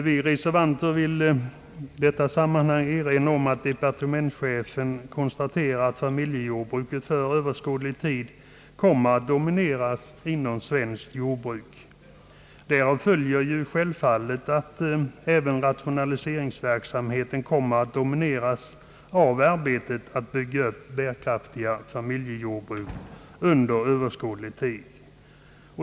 Vi reservanter vill i detta sammanhang erinra om att departementschefen konstaterar att familjejordbruket för överskådlig tid kommer att dominera inom svenskt jordbruk. Därav följer självfallet att även rationaliseringsverksamheten kommer att domineras av arbetet att bygga upp bärkraftiga familjejordbruk under överskådlig tid.